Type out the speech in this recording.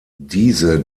diese